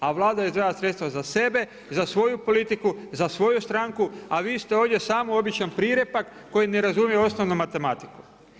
A Vlada izdvaja sredstva za sebe, za svoju politiku, za svoju stranku, a vi ste ovdje samo običan prirepak koji ne razumije osnovnu matematiku.